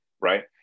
right